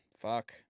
fuck